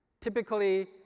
Typically